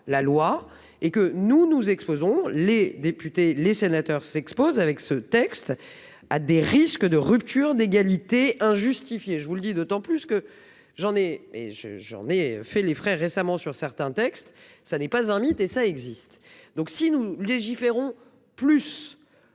la loi et que nous nous exposons les députés, les sénateurs s'expose avec ce texte, à des risques de rupture d'égalité injustifié, je vous le dis d'autant plus que j'en ai et je j'en ai fait les frais récemment sur certains textes. Ça n'est pas un mythe et ça existe. Donc si nous légiférons plus.